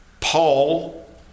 Paul